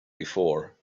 before